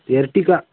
Ertiga